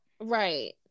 right